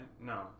No